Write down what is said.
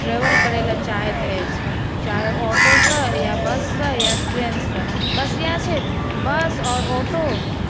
travel करै लए चाहैत अछि चाहे ऑटोसँ बससँ या ट्रेनसँ बस इएह छै बस आओ र ऑटो